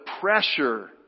pressure